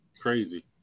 Crazy